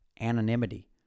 anonymity